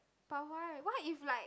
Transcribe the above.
but why why if like